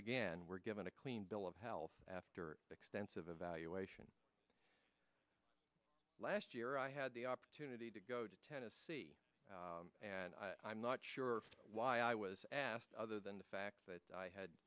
again were given a clean bill of health after extensive evaluation last year i had the opportunity to go to tennessee and i'm not sure why i was asked other than the fact that i had